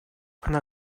она